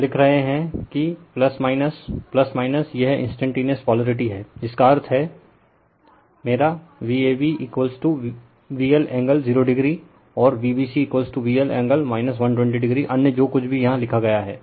जब हम लिख रहे हैं कि यह इंस्टेंटेनिअस पोलरिटी है जिसका अर्थ है मेरा VabVL एंगल 0o और VbcVL एंगल 120 oअन्य जो कुछ भी यहां लिखा गया है